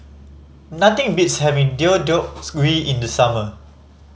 nothing beats having Deodeoks gui in the summer